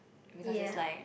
because it's like